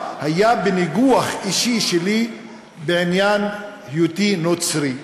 היה בניגוח אישי שלי בעניין היותי נוצרי.